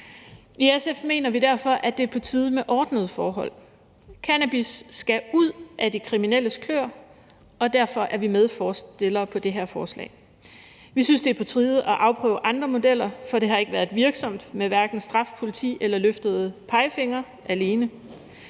i SF mener vi derfor, at det er på tide med ordnede forhold. Cannabis skal ud af de kriminelles kløer, og derfor er vi medforslagsstillere på det her forslag. Vi synes, det er på tide at afprøve andre modeller, for det har ikke været virksomt med hverken straf, politi eller løftede pegefingre alene,